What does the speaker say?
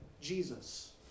Jesus